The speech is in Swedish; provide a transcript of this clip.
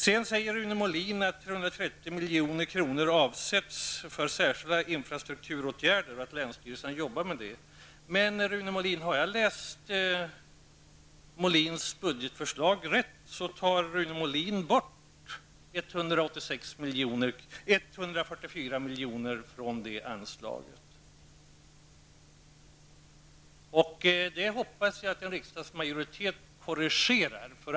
Vidare säger Rune Molin att 330 milj.kr. avsätts för särskilda infrastrukturåtgärder och att länsstyrelserna jobbar med detta. Men jag har läst Rune Molins budgetförslag och om jag har tolkat det rätt, tar han bort 144 miljoner från det anslaget. Jag hoppas att en riksdagsmajoritet skall göra en korrigering här.